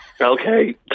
Okay